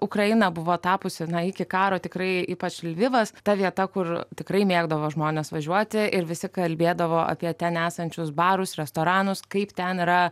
ukraina buvo tapusi iki karo tikrai ypač lvivas ta vieta kur tikrai mėgdavo žmonės važiuoti ir visi kalbėdavo apie ten esančius barus restoranus kaip ten yra